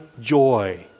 joy